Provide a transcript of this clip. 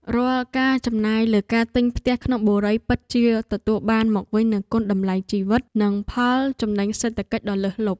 រាល់ការចំណាយលើការទិញផ្ទះក្នុងបុរីពិតជាទទួលបានមកវិញនូវគុណតម្លៃជីវិតនិងផលចំណេញសេដ្ឋកិច្ចដ៏លើសលប់។